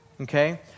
Okay